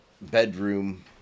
bedroom